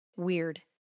weird